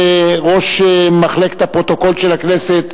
ראש מחלקת הפרוטוקול של הכנסת,